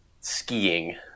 Skiing